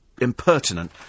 impertinent